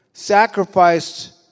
sacrificed